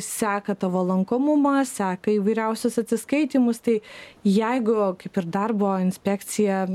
seka tavo lankomumą seka įvairiausius atsiskaitymus tai jeigu kaip ir darbo inspekcija